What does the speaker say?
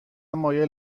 مایل